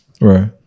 right